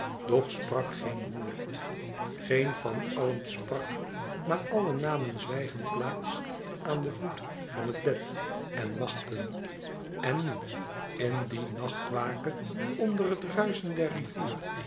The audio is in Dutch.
doch sprak geen woord geen van allen sprak maar allen namen zwijgend plaats aan den voet van het bed en wachtten en nu in die nachtwake onder het ruischen der rivier